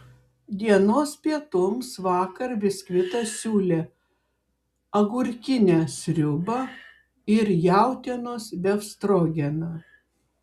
dienos pietums vakar biskvitas siūlė agurkinę sriubą ir jautienos befstrogeną